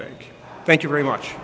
bank thank you very much